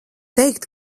teikt